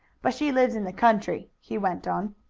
but she lives in the country, he went on.